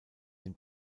den